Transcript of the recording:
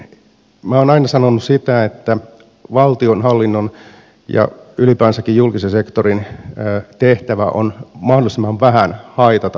minä olen aina sanonut sitä että valtionhallinnon ja ylipäänsäkin julkisen sektorin tehtävä on mahdollisimman vähän haitata yritystoimintaa